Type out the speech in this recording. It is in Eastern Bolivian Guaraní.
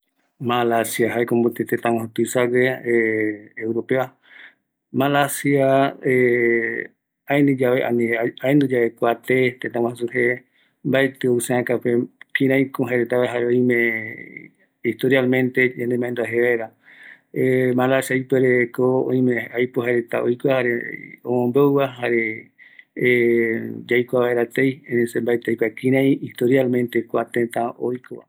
Jaenungavi kua tëtä, aenduramboeve kua tëtä jee, mbaetɨ ou seäkäpe ,jare jae vaera kïraï ko kua tëtäva, jokoropi aikua potaa jaevaera, kïräïko yogueru oiko, jare añavërupi oikoretava, oïmeko aipo osauka reta kua jëtäreva, jare yande yaikuaava